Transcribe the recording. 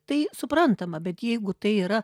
tai suprantama bet jeigu tai yra